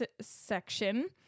section